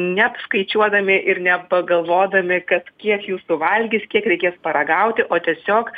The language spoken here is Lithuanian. neapskaičiuodami ir nepagalvodami kad kiek jų suvalgys kiek reikės paragauti o tiesiog